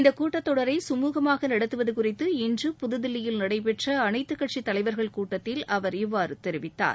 இந்தக் கூட்டத் தொடரை கமூகமாக நடத்துவது குறித்து இன்று புதுதில்லியில் நடைபெற்ற அனைத்துக் கட்சித் தலைவர்கள் கூட்டத்தில் அவர் இவ்வாறு தெரிவித்தார்